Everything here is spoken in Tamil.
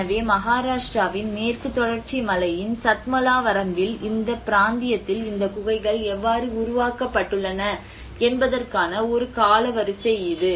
எனவே மகாராஷ்டிராவின் மேற்குத் தொடர்ச்சி மலையின் சத்மலா வரம்பில் இந்த பிராந்தியத்தில் இந்த குகைகள் எவ்வாறு உருவாக்கப்பட்டுள்ளன என்பதற்கான ஒரு காலவரிசை இது